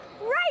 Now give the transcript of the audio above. Right